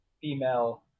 female